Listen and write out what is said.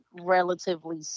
relatively